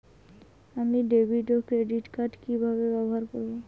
আমি ডেভিড ও ক্রেডিট কার্ড কি কিভাবে ব্যবহার করব?